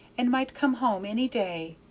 and might come home any day.